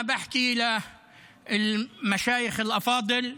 (אומר דברים בשפה הערבית:)